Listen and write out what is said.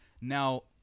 Now